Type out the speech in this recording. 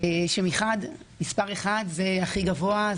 כאשר מצד אחד זה הכי גבוה,